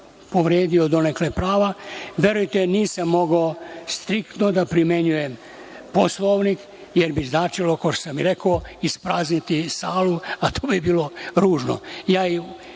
povredio donekle prava. Verujte nisam mogao striktno da primenjujem Poslovnik, jer bi značilo, kao što sam rekao, isprazniti salu, a to bi bilo ružno. Kada